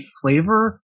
flavor